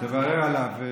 תברר עליו.